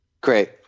Great